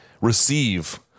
receive